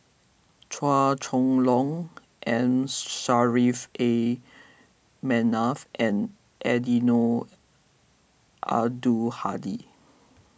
Chua Chong Long M A Manaf and Eddino Abdul Hadi